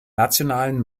nationalen